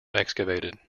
excavated